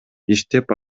иштеп